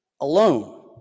alone